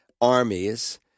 armies